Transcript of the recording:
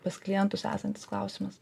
pas klientus esantis klausimas